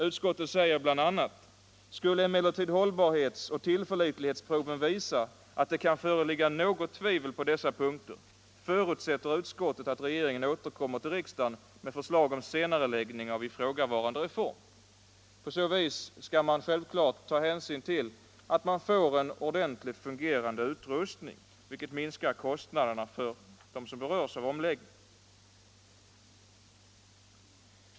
Utskottet skriver bl.a.: ”Skulle emellertid hållbarhetsoch tillförlitlighetsproven visa att det kan föreligga något tvivel på dessa punkter förutsätter utskottet att regeringen återkommer till riksdagen med förslag om senareläggning av ifrågavarande reform.” På så vis skall man självfallet se till att man får en ordentligt fungerande utrustning, vilket minskar kostnaderna för dem som berörs av omläggningen.